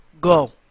Go